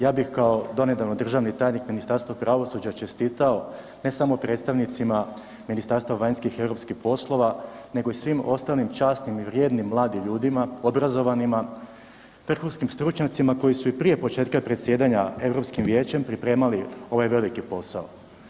Ja bih kao donedavno državni tajnik u Ministarstvu pravosuđa čestitao ne samo predstavnicima Ministarstva vanjskih i europskih poslova nego i svim ostalim časnim i vrijednim mladim ljudima, obrazovanima, vrhunskim stručnjacima koji su i prije početka predsjedanja Europskim vijećem pripremali ovaj veliki posao.